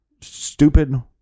stupid